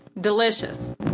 Delicious